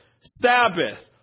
Sabbath